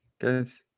guys